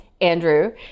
Andrew